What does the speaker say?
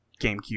GameCube